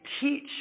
teach